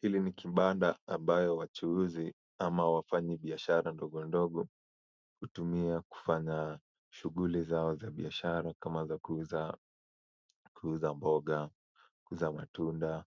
Hili ni kibanda ambayo wachuuzi ama wafanyi biashara ndogondogo hutumia kufanya shughuli zao za biashara kama za kuuza, kuuza mboga, kuuza matunda,